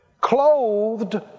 Clothed